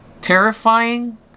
terrifying